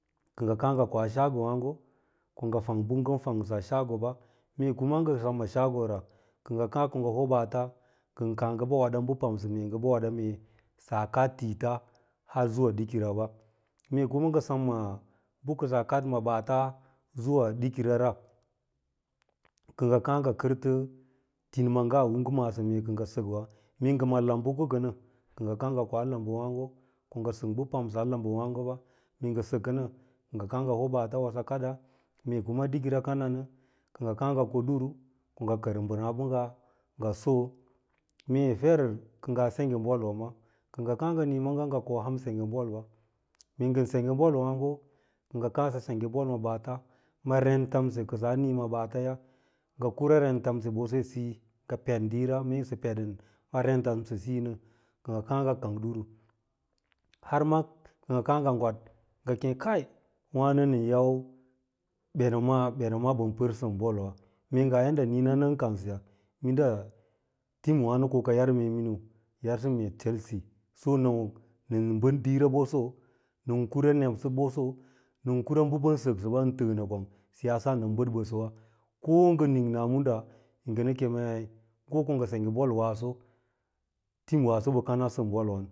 Kɚ ngɚ kàà ngɚ koa sagowa ko ngɚ fang bɚ ngɚn fawgsa sagoɓa, mee kuma ngɚ sem ma sagora, kɚ ngɚ kàà ko ngɚ hoo ɓaata ɚn kàà ngɚ ɓɚ weɗa bɚ pamsɚ mee ngɚ bɚ weɗa mee saa kad aitita har zuwa dikiraba mee kuma ngɚ sem ma bɚ kɚ saa kad ma ɓaata zawa dikin na, kɚ ngɚ kàà ngɚ kɚrtɚ ainima’ngaa u ngɚ ma’asɚ mee kɚ ngɚ sɚk’wa, mee ngɚ ma lambuko kɚnɚ, kɚ ngɚ kàà ngɚ koa lambuwààgo, ngɚ sɚk bɚ pamsa lambumààgoba, mee ngɚ sɚkɚnɚ kɚ ngɚ kàà wo ngɚ hoo ɓaata wo sɚ kaɗa mee kuma dikra akiro kadanɚ kɚ ngɚ kàà ngɚ ko ɗuru ko ngɚ kɚr mbɚrààɓɚngga ngɚ solo, meen fer kɚ ngaa sengge bolwa ma kɚ ngɚ kàà ngɚ nii maaga ko nga sengge bolɓa, mee ngɚn sengge ɓolwààgo kɚ ngɚ kàà ngɚ sengge botwààgo ma rentamse kɚ saa nii ma ɓaataya ngɚ kura rentamse ɓɚsesiyi ngɚ peɗ ɗiira, mee sɚ peden a rentambesiyi nɚ kɚ ngɚ kàà ngɚ kang ɗuru, har ma kɚ ngɚ kàà ngɚ gwad ngɚ kem kai wɚno nɚ yau betɓamaa, ɓetba maa ɓɚn pɚr sɚm bǒlwa, mee ngaa yadda niina nɚn, kansɚya, minda atmwàno ko ka yar mee miniu yausɚ mee selsi son na nɚn bɚd diira ɓoso, nɚn kura nebto ɓoso nɚn kiira bɚ ɓɚn sɚksɚba ɚn tɚɚ nɚ kwang siyasa nɚn bɚd ɓɚsɚwa, ko ngɚ nik naa muǒàà ngɚ nɚ kemei ngo ko ngɚsengge bolwaaso, timwaaso ɓɚ kana sɚm bolivan.